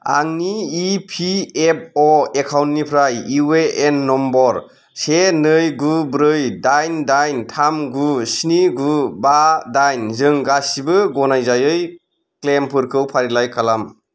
आंनि E P एफअ एकाउन्टनिफ्राय इउ ए एन नम्बर से नै गु ब्रै दाइन दाइन थाम गु स्नि गु बा दाइनजों गासिबो गनायजायै क्लेइमफोरखौ फारिलाइ खालाम